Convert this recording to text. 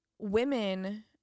Women